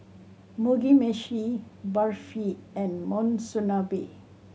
Mugi Meshi Barfi and Monsunabe